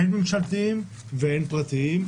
הן ממשלתיים והן פרטיים.